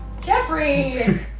Jeffrey